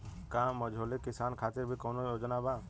का मझोले किसान खातिर भी कौनो योजना बा?